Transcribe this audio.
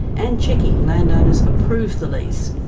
and checking landowners approve the lease.